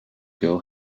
girl